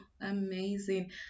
amazing